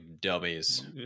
dummies